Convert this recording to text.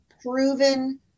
proven